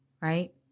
right